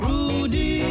Rudy